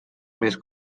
més